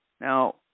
Now